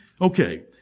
okay